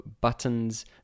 buttons